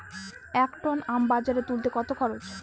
এক টন আম বাজারে তুলতে কত খরচ?